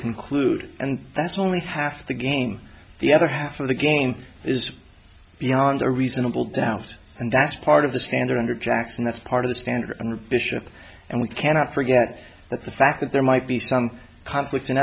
conclude and that's only half the game the other half of the game is beyond a reasonable doubt and that's part of the standard under jackson that's part of the standard bishop and we cannot forget the fact that there might be some conflicts in